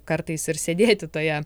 kartais ir sėdėti toje